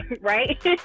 right